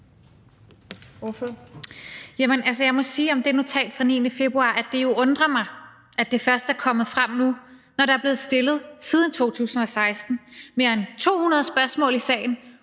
Jeg må sige om det notat fra den 9. februar, at det jo undrer mig, at det først er kommet frem nu, når der siden 2016 er blevet stillet mere end 200 spørgsmål i sagen,